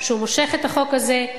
שהוא מושך את החוק הזה,